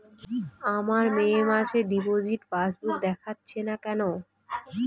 আমার মে মাসের ডিপোজিট পাসবুকে দেখাচ্ছে না কেন?